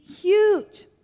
huge